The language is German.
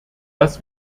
dass